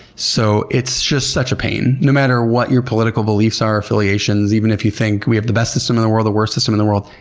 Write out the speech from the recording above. so it's just such a pain. no matter what your political beliefs are, affiliations, even if you think we have the best system in the world or the worst system in the world.